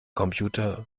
computer